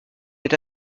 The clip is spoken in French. est